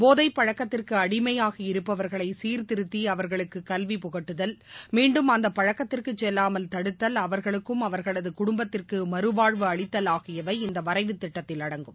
போதைபழக்கத்திற்குஅடிமையாகி இருப்பவர்களைசீர்திருத்திஅவர்களுக்குகல்வி புகட்டுதல் மீண்டும் பு அந்தபழக்கத்திற்குசெல்லாமல் தடுத்தல் அவர்களுக்கும் அவர்களதுகுடும்பத்திற்குமறுவாழ்வு அளித்தல் ஆகியவை இந்தவரைவு திட்டத்தில் அடங்கும்